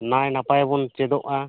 ᱱᱟᱭ ᱱᱟᱯᱟᱭ ᱵᱚᱱ ᱪᱮᱫᱚᱜᱼᱟ